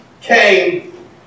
came